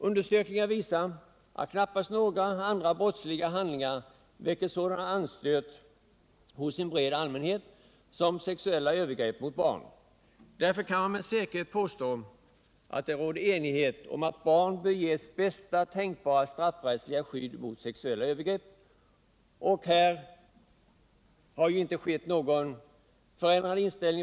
Undersökningar visar att knappast några andra brottsliga handlingar väcker sådan anstöt hos en bred allmänhet som sexuella övergrepp mot barn. Därför kan man med säkerhet påstå att det råder enighet om att barn bör ges bästa tänkbara straffrättsliga skydd mot sexuella övergrepp.